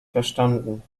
verstanden